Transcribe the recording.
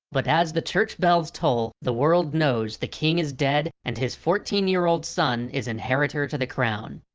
but as the church bells toll the world knows the king is dead and his fourteen year old son is inheritor to the crown.